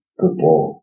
football